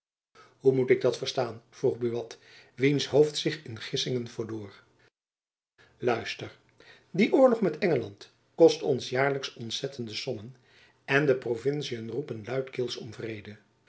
hoe moet ik dat verstaan vroeg buat wiens hoofd zich in gissingen verloor luister die oorlog met engeland kost ons jaarlijks ontzettende sommen en de provinciën roepen luidkeels om